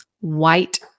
White